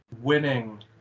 winning